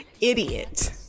idiot